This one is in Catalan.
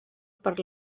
per